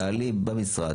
תעלי במשרד,